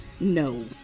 No